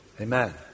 amen